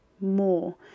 more